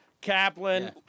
Kaplan